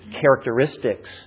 characteristics